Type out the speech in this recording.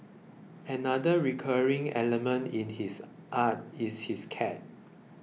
another recurring element in his art is his cat